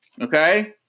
Okay